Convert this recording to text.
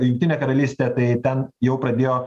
jungtinė karalystė tai ten jau pradėjo